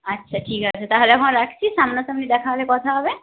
আচ্ছা ঠিক আছে তাহলে এখন রাখছি সামনা সামনি দেখা হলে কথা হবে